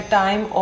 time